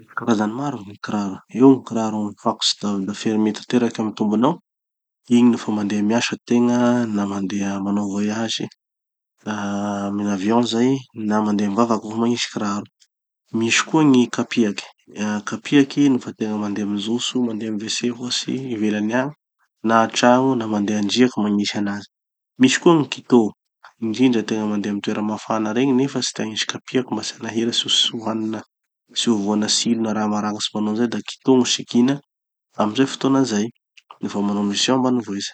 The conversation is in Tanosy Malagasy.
Misy karazny maro gny kiraro. Eo gny kiraro mifakotsy davy da fermé tanteraky gny tombonao. Igny nofa mandeha miasa tegna, na mandeha manao voyage, ah amy gn'avion zay na mandeha mivavaky vo magnisy kiraro. Misy koa gny kapiaky. Ah kapiaky nofa tegna mandeha mijotso, mandeha amy wc ohatsy, ivelany agny na antragno, na mandeha andriaky vo magnisy anazy. Misy koa gny kitô. Indrindra tegna mandeha amy toera mafana regny nefa tsy te hagnisy kapiaky mba tsy hanahira tsy tsy ho hanina tsy ho voana tsilo na raha maragnitsy manao anizay da kitô gny sikina amy ze fotoana zay, nofa manao mission ambany vohitsy.